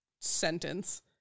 sentence